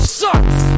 sucks